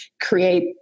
create